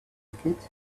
pocket